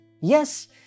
Yes